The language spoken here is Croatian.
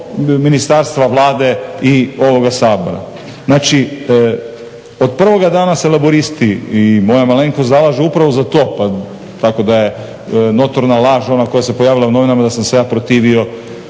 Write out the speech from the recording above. do ministarstva, Vlade i ovoga Sabora. Znači, od prvoga dana se Laburisti i moja malenkost zalažu upravo za to pa tako da je notorna laž ona koja se pojavila u novinama da sam se ja protivio